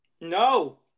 No